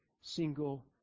single